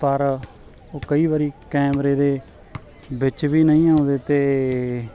ਪਰ ਉਹ ਕਈ ਵਾਰੀ ਕੈਮਰੇ ਦੇ ਵਿੱਚ ਵੀ ਨਹੀਂ ਆਉਂਦੇ ਤੇ